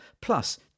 plus